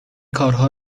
کارها